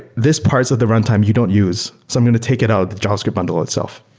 this parts of the runtime, you don't use. so i'm going to take it out the javascript bundle itself.